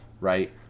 Right